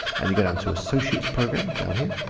and you go down to associates programme down here,